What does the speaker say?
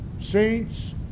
saints